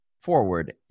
forward